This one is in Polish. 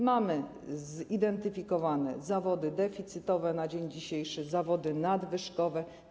Mamy zidentyfikowane zawody deficytowe na dzień dzisiejszy, zawody nadwyżkowe.